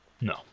No